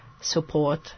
support